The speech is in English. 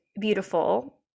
beautiful